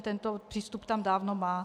Tento přístup tam dávno má.